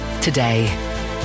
today